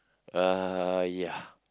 uh ya